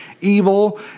evil